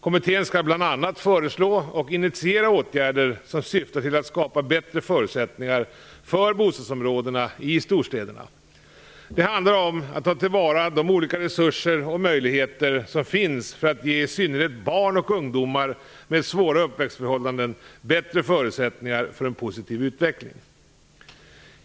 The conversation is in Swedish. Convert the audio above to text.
Kommittén skall bl.a. föreslå och initiera åtgärder som syftar till att skapa bättre förutsättningar för bostadsområdena i storstäderna. Det handlar om att ta till vara de olika resurser och möjligheter som finns för att ge i synnerhet barn och ungdomar med svåra uppväxtförhållanden bättre förutsättningar för en positiv utveckling.